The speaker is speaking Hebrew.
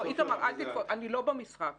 לא, איתמר, אני לא במשחק הזה.